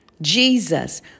Jesus